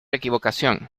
equivocación